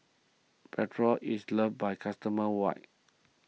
Nepro is loved by customers wide